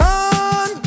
on